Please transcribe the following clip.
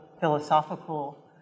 philosophical